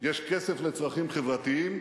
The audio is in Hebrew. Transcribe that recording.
יש כסף לצרכים חברתיים,